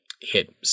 hit